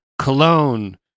Cologne